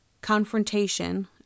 confrontation